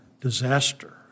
disaster